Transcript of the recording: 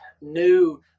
new